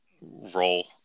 role